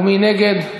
ומי נגד?